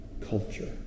culture